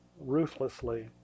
ruthlessly